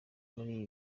muli